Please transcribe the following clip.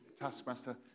taskmaster